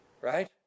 right